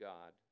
God